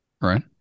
right